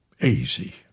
Easy